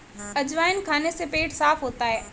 अजवाइन खाने से पेट साफ़ होता है